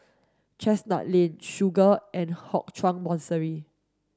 Chestnut Lane Segar and Hock Chuan Monastery